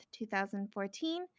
2014